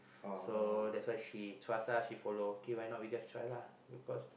so that's why she trust lah she follow okay why not we just try lah because